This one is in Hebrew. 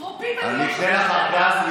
טרופית, אני אקנה לך ארגז.